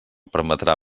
permetrà